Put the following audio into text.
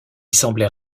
semblait